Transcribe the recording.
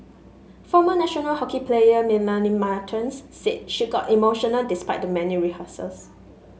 former national hockey player Melanie Martens said she got emotional despite the many rehearsals